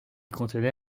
contenait